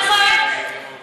נכון,